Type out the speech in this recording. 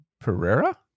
Pereira